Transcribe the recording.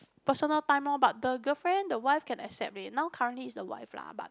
personal time lor but the girlfriend the wife can accept leh now currently is the wife lah but